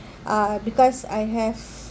uh because I have